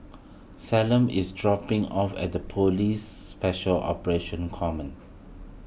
Callum is dropping off at Police Special Operations Command